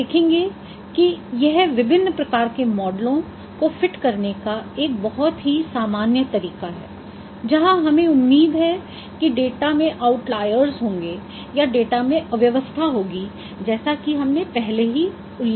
हम देखेंगे कि यह विभिन्न प्रकार के मॉडलों को फिट करने का एक बहुत ही सामान्य तरीका है जहाँ हमें उम्मीद है कि डेटा में आउटलायर्स होंगें या डेटा में अव्यवस्था होगी जैसा कि हमने पहले उल्लेख किया था